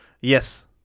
Yes